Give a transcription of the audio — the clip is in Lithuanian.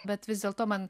bet vis dėlto man